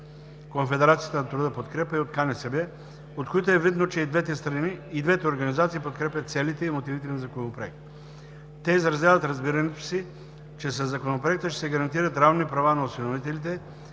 становищата на КТ „Подкрепа“ и КНСБ, от които е видно, че и двете организации подкрепят целите и мотивите на Законопроекта. Те изразяват разбирането си, че със Законопроекта ще се гарантират равни права на осиновителите,